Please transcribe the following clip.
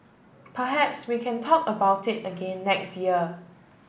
perhaps we can talk about it again next year